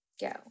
go